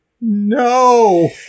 no